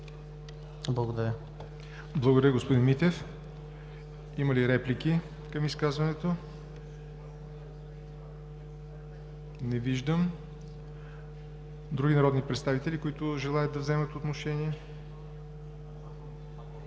НОТЕВ: Благодаря, господин Митев. Има ли реплики към изказването? Не виждам. Други народни представители, които желаят да вземат отношение?